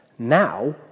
now